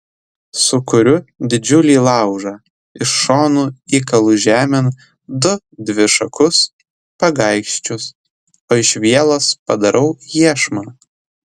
sukuriu didžiulį laužą iš šonų įkalu žemėn du dvišakus pagaikščius o iš vielos padarau iešmą